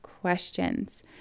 questions